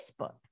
Facebook